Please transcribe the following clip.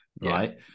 right